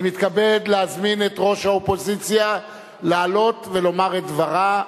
אני מתכבד להזמין את ראש האופוזיציה לעלות ולומר את דברה,